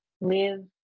live